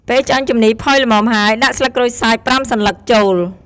ពេលឆ្អឹងជំនីរផុយល្មមហើយ ដាក់ ស្លឹកក្រូចសើច ៥ សន្លឹក ចូល។